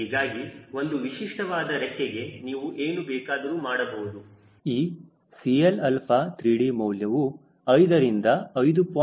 ಹೀಗಾಗಿ ಒಂದು ವಿಶಿಷ್ಟವಾದ ರೆಕ್ಕೆಗೆ ನೀವು ಏನು ಬೇಕಾದರೂ ಮಾಡಿದರು ಈ 𝐶Lα3d ಮೌಲ್ಯವು 5 ರಿಂದ 5